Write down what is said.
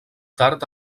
tard